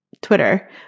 Twitter